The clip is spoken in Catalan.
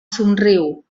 somriu